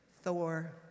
Thor